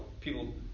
people